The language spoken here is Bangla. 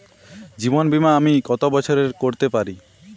জীবন বীমা আমি কতো বছরের করতে পারি?